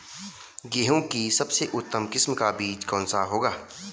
गेहूँ की सबसे उत्तम किस्म का बीज कौन सा होगा?